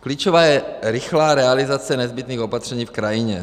Klíčová je rychlá realizace nezbytných opatření v krajině.